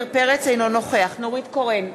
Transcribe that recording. אינו נוכח נורית קורן,